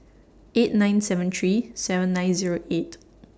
eight nine seven three seven nine Zero eight